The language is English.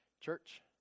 church